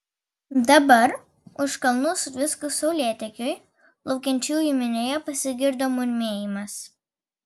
dabar už kalnų sutviskus saulėtekiui laukiančiųjų minioje pasigirdo murmėjimas